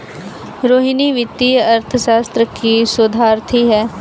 रोहिणी वित्तीय अर्थशास्त्र की शोधार्थी है